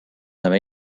haver